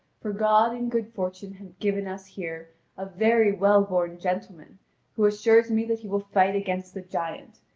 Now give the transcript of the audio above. for god and good fortune have given us here a very well-born gentleman who assures me that he will fight against the giant.